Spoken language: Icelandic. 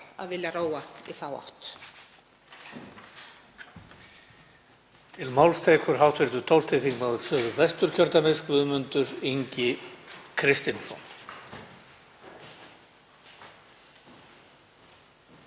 að vilja róa í þá átt.